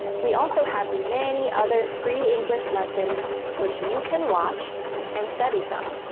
we also have many other free english lessons which you can watch and study from.